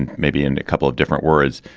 and maybe in a couple of different words.